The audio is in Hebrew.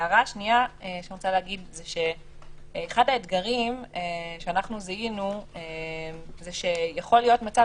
הערה שנייה היא שאחד האתגרים שאנחנו זיהינו הוא שיכול להיות מצב